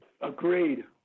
Agreed